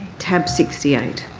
tab sixty eight.